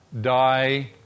Die